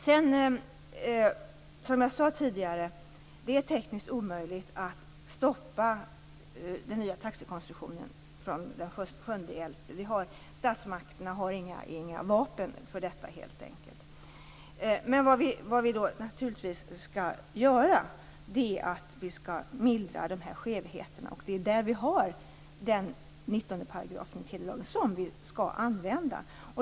Som jag tidigare sade är det tekniskt omöjligt att stoppa den nya taxekonstruktionen från den 7 november. Statsmakterna har helt enkelt inget vapen för att göra det, men naturligtvis skall vi mildra skevheterna. 19 § i telelagen är till för det, och den skall vi använda.